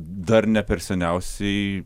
dar ne per seniausiai